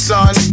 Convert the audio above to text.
Son